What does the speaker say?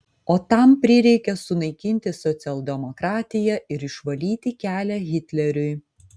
o tam prireikė sunaikinti socialdemokratiją ir išvalyti kelią hitleriui